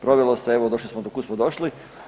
Provelo se, evo došli smo do kud smo došli.